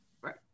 right